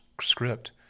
script